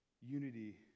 Unity